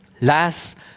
Last